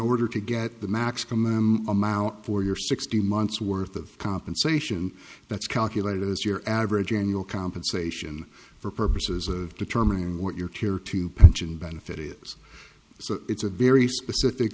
order to get the maximum amount for your sixty months worth of compensation that's calculated as your average annual compensation for purposes of determining what your tear to pension benefit is so it's a very specific